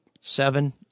seven